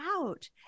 out